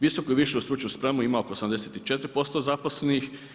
Visoku i višu stručnu spremu ima oko 84% zaposlenih.